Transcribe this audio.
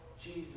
Jesus